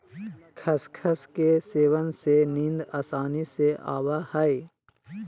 खसखस के सेवन से नींद आसानी से आवय हइ